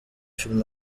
film